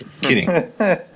Kidding